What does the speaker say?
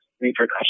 repercussions